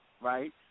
right